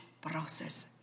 process